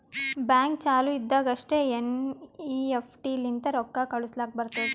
bank ಚಾಲು ಇದ್ದಾಗ್ ಅಷ್ಟೇ ಎನ್.ಈ.ಎಫ್.ಟಿ ಲಿಂತ ರೊಕ್ಕಾ ಕಳುಸ್ಲಾಕ್ ಬರ್ತುದ್